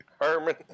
Herman